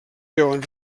veuen